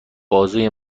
بازوی